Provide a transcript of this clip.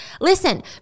Listen